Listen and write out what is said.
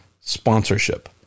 sponsorship